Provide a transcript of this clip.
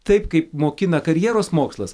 taip kaip mokina karjeros mokslas